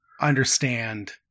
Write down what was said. understand